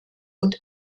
und